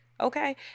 Okay